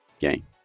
game